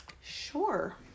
Sure